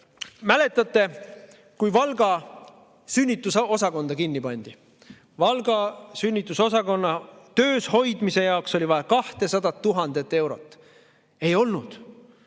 Mäletate, kui Valga sünnitusosakond kinni pandi? Valga sünnitusosakonna töös hoidmise jaoks oli vaja 200 000 eurot. [Seda